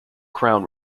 crown